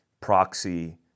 proxy